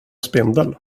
spindel